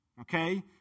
okay